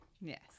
Yes